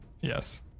Yes